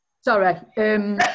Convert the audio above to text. Sorry